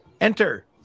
enter